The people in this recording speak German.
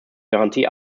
garantie